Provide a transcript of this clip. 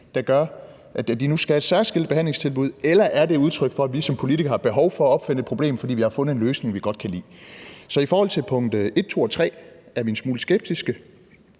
gør det, at de nu skal have et særskilt behandlingstilbud? Eller er det udtryk for, at vi som politikere har behov for at opfinde et problem, fordi vi har fundet en løsning, vi godt kan lide? Så i forhold til punkt 1, 2 og 3 er vi en smule skeptiske.